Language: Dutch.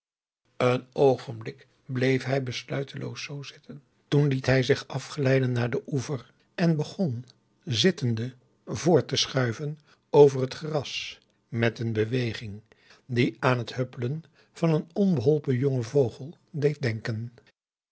een oogenblik bleef hij besluiteloos zoo zitten toen liet hij zich afglijden naar den oever en begon zittende voort te schuiven over het gras met een beweging die aan het huppelen van een onbeholpen jongen vogel deed denken